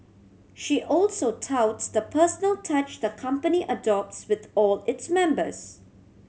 she also touts the personal touch the company adopts with all its members